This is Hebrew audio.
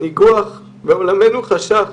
ניגוח ועולמנו חשך,